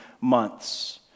months